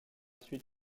suite